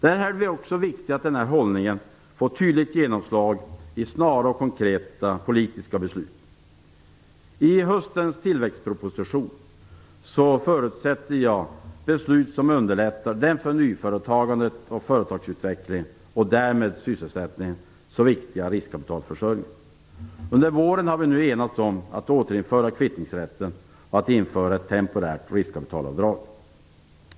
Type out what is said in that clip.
Därför är det också viktigt att denna hållning får ett tydligt genomslag i snara och konkreta politiska beslut. I höstens tillväxtproposition förutsätter jag beslut som underlättar den för nyföretagandet och företagsutvecklingen, och därmed för sysselsättningen, så viktiga riskkapitalförsörjningen. Under våren har vi nu enats om att återinföra kvittningsrätten och att införa ett temporärt riskkapitalavdrag.